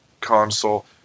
console